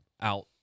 out